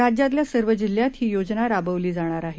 राज्यातल्यासर्वजिल्ह्यातहीयोजनाराबवलीजाणारआहे